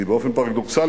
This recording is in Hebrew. כי באופן פרדוקסלי,